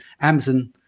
Amazon